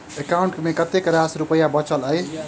account मे कतेक रास रुपया बचल एई